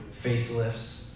facelifts